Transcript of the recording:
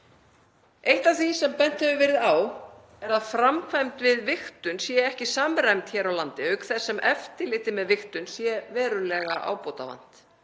Eitt af því sem bent hefur verið á er að framkvæmd við vigtun sé ekki samræmd hér á landi auk þess sem eftirlit með vigtun sé verulega ábótavant.